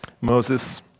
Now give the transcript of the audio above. Moses